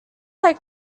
like